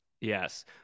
Yes